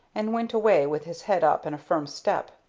and went away with his head up and a firm step.